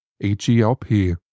H-E-L-P